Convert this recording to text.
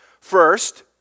First